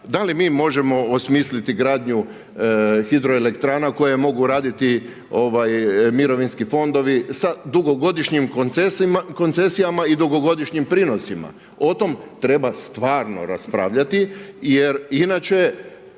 da li mi možemo osmisliti gradnju hidroelektrana koje mogu raditi mirovinski fondovi? Sa dugogodišnjim koncesijama i dugogodišnjim prinosima. O tom treba stvarno raspravljati jer inače